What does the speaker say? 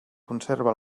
conserva